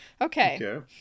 Okay